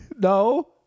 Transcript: No